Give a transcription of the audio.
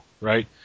right